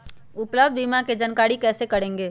उपलब्ध बीमा के जानकारी कैसे करेगे?